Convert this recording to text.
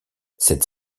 cette